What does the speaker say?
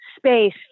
space